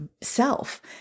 self